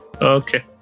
Okay